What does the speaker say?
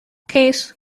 case